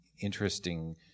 interesting